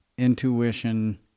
intuition